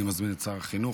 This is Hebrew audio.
אני מזמין את שר החינוך.